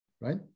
right